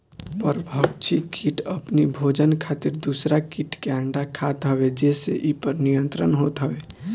परभक्षी किट अपनी भोजन खातिर दूसरा किट के अंडा खात हवे जेसे इ पर नियंत्रण होत हवे